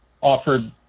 offered